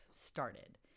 started